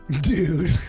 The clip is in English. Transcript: Dude